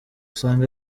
usanga